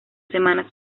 semanas